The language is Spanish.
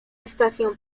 estación